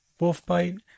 WolfBite